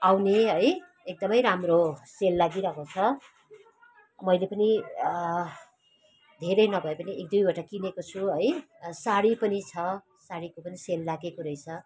आउने है एकदमै राम्रो सेल लागिरहेको छ मैले पनि धेरै नभए पनि एक दुईवटा किनेको छु है सारी पनि छ सारीको पनि सेल लागेको रहेछ